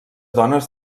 dones